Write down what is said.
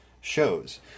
shows